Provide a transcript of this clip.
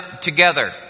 together